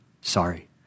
sorry